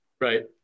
Right